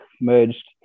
merged